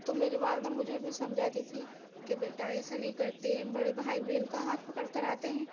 تو میری والدہ مجھے بھی سمجھاتی تھی کہ بیٹا ایسے نہیں کرتے بڑے بھائی بہن کا ہاتھ پکڑ کر آتے ہیں